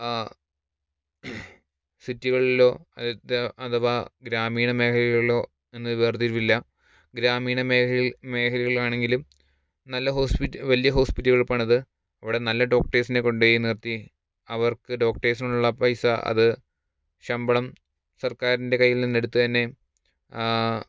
സിറ്റികളിലോ അതായത് അഥവാ ഗ്രാമീണ മേഖകളിലോ എന്നു വേർതിരിവ് ഇല്ല ഗ്രാമീണ മേഖലെ മേഖലകളിൽ ആണെങ്കിലും നല്ല ഹോസ്പിറ്റലുകൾ വലിയ ഹോസ്പിറ്റലുകൾ പണിതു അവിടെ നല്ല ഡോക്ടേർസിനെ കൊണ്ടുപോയി നിർത്തി അവർക്ക് ഡോക്ടേസിനോടുള്ള പൈസ അത് ശമ്പളം സർക്കാരിൻ്റെ കൈയിൽ നിന്ന് എടുത്ത് തന്നെ